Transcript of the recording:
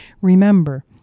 Remember